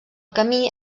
camí